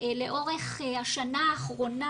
לאורך השנה האחרונה,